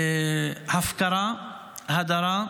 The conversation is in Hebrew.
הפקרה, הדרה,